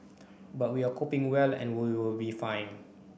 but we are coping well and we will be fine